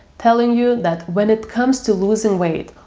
telling you that when it comes to losing weight,